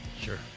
Sure